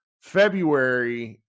February